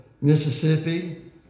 Mississippi